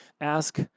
Ask